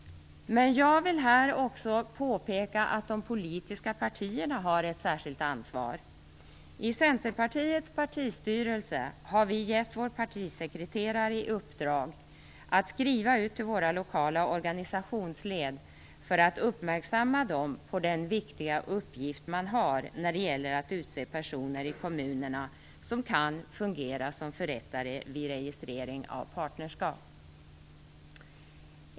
Jag vill här också påpeka att de politiska partierna har ett särskilt ansvar. I Centerpartiets partistyrelse har vi gett vår partisekreterare i uppdrag att skriva till våra lokala organisationsled för att uppmärksamma dem på den viktiga uppgift man har när det gäller att utse personer i kommunerna som kan fungera som förrättare vid registrering av partnerskap.